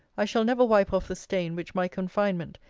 i shall never wipe off the stain which my confinement,